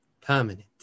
permanent